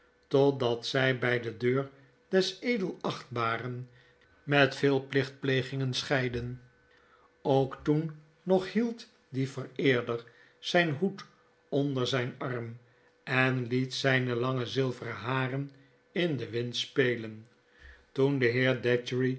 totdat zy bijdedeur des edelachtbaren met veel plichtplegirigen scheidden ook toen nog hield die vereerder zyn hoed onder zyn arm en liet zyne lange zilveren haren in den wind spelen toen de